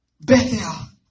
Bethel